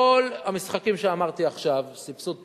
כל המשחקים שאמרתי עכשיו, סבסוד פיתוח,